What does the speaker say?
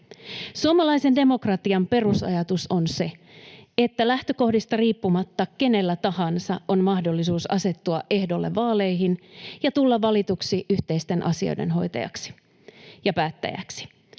Suomalaisen demokratian perusajatus on se, että lähtökohdista riippumatta kenellä tahansa on mahdollisuus asettua ehdolle vaaleihin ja tulla valituksi yhteisten asioiden hoitajaksi ja päättäjäksi.